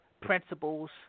principles